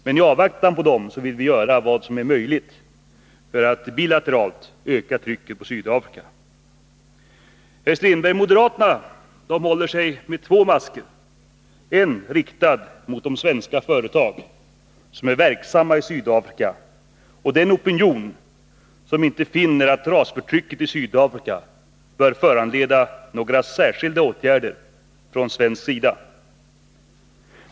Men i avvaktan på dem vill vi göra vad som är möjligt för att bilateralt öka trycket på Sydafrika. Moderaterna håller sig, Per-Olof Strindberg, med två masker. Den ena är riktad mot de svenska företag som är verksamma i Sydafrika och den opinion som inte finner att rasförtrycket i Sydafrika bör föranleda några särskilda åtgärder från svensk sida.